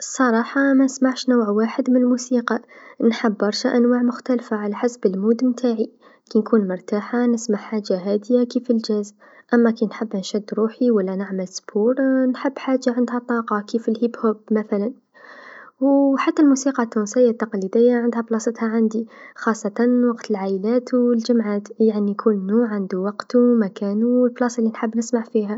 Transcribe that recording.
الصراحه منسمعش نوع واحد من الموسيقى، نحب برشا أنواع مختلفه على حسب المود نتاعي، كنكون مرتاحه نسمع حاجه هاديه كيف الجاز أما كنحب نشد روحي و لا نعمل رياضه نحب حاجه عندها طاقه كيف الهيب هوب مثلا، و حتى الموسيقى التونسيه التقليديه عندها بلاصتها عندي خاصة وقت العايلات و الجمعات يعني كل نوع عندو وقتو مكانو و البلاصه لنحب نسمع فيها.